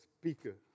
speaker